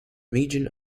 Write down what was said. region